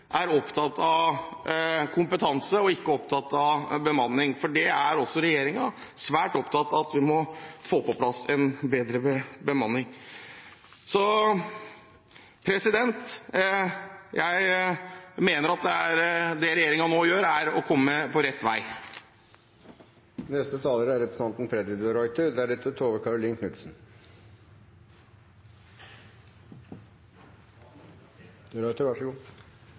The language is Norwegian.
opptatt av kompetanse og ikke bemanning, men også regjeringen er svært opptatt av at vi må få på plass en bedre bemanning. Jeg mener at det regjeringen nå gjør, er å komme på rett vei. Det er ingen tvil om at det er